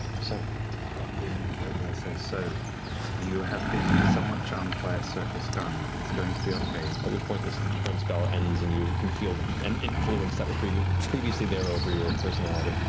so roughly a minute later, i say so you have been somewhat charmed by a circus carnie. it's going to be okay. matt at which point the friends spell ends, and you can feel an influence that was previously previously there over your personality.